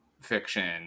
fiction